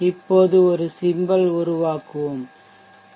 இப்போது ஒரு சிம்பல் உருவாக்குவோம் பி